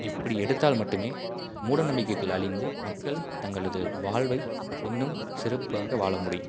இப்படி எடுத்தால் மட்டுமே மூடநம்பிக்கைகள் அழிந்து மக்கள் தங்களது வாழ்வை இன்னும் சிறப்பாக வாழமுடியும்